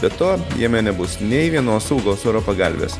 be to jame nebus nei vienos saugos oro pagalvės